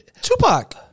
Tupac